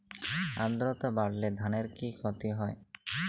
আদ্রর্তা বাড়লে ধানের কি ক্ষতি হয়?